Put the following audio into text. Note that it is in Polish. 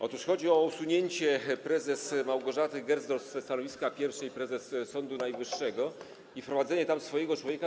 Otóż chodzi o usunięcie prezes Małgorzaty Gersdorf ze stanowiska pierwszej prezes Sądu Najwyższego i wprowadzenie tam swojego człowieka.